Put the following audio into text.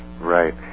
Right